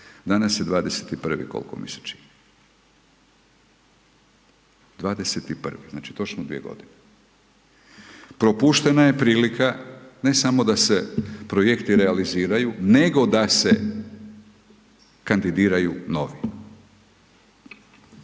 danas je 21. kol'ko mi se čini, 21., znači točno dvije godine. Propuštena je prilika, ne samo da se projekti realiziraju, nego da se kandidiraju novi.